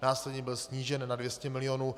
Následně byl snížen na 200 milionů.